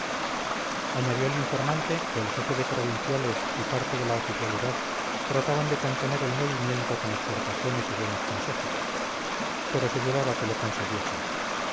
añadió el informante que el jefe de provinciales y parte de la oficialidad trataban de contener el movimiento con exhortaciones y buenos consejos pero se dudaba que lo consiguiesen aún